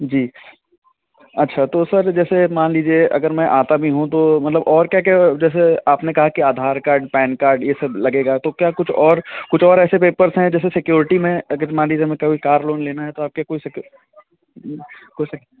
जी अच्छा तो सर जैसे मान लीजिए अगर मैं आता भी हूँ तो मतलब और क्या क्या जैसे आपने कहा कि आधार कार्ड पैन कार्ड यह सब लगेगा तो क्या कुछ और कुछ और ऐसे पेपर हैं जैसे सिक्योरिटी में अगर मान लीजिये मैं कभी कार लोन लेना है तो आपके कोई